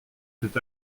s’est